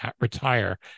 retire